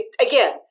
Again